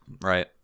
Right